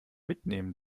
mitnehmen